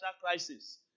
crisis